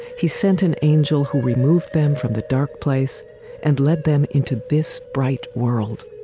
he sent an angel who removed them from the dark place and led them into this bright world.